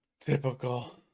Typical